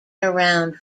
around